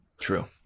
True